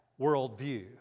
worldview